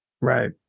right